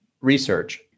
research